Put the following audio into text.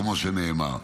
כמו שנאמר,